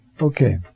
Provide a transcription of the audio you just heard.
Okay